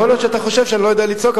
יכול להיות שאתה חושב שאני לא יודע לצעוק,